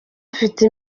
afite